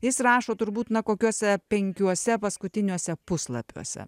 jis rašo turbūt na kokiuose penkiuose paskutiniuose puslapiuose